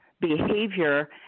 behavior